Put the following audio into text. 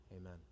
Amen